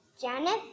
Janet